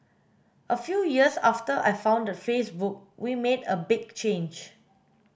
a few years after I founded Facebook we made a big change